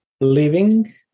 Living